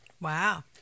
wow